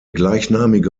gleichnamige